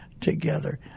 together